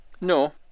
No